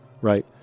right